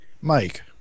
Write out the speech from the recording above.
Mike